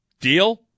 Deal